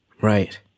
Right